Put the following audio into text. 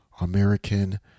American